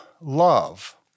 love